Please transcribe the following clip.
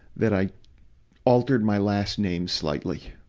that i altered my last name slightly,